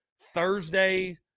Thursday